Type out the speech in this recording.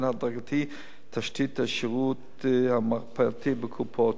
הדרגתי את תשתית השירות המרפאתי בקופות.